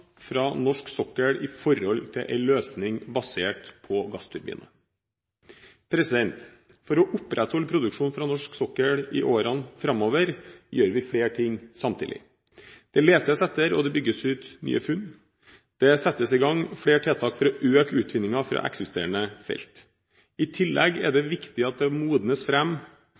fra norsk sokkel i forhold til en løsning basert på gassturbiner. For å opprettholde produksjonen fra norsk sokkel i årene framover gjør vi flere ting samtidig. Det letes etter og bygges ut nye funn. Det settes i gang flere tiltak for å øke utvinningen fra eksisterende felt. I tillegg er det viktig at det modnes